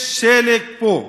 יש שלג פה.